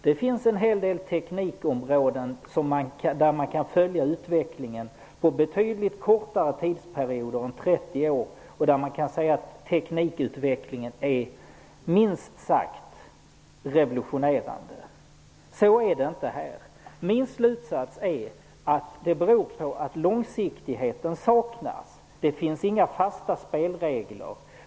Det finns en hel del teknikområden där man kan följa utvecklingen under betydligt kortare tidsperioder än 30 år och då se att teknikutvecklingen är minst sagt revolutionerande. Så är det inte här. Min slutsats är att det beror på att långsiktighet saknas. Det finns inga fasta spelregler.